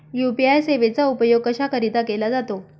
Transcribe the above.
UPI सेवेचा उपयोग कशाकरीता केला जातो?